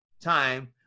time